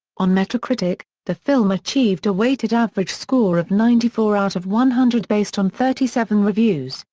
on metacritic, the film achieved a weighted average score of ninety four out of one hundred based on thirty seven reviews,